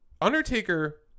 Undertaker